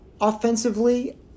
offensively